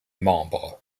membres